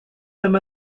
him